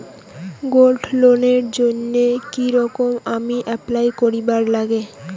Gold লোনের জইন্যে কি রকম করি অ্যাপ্লাই করিবার লাগে?